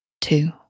two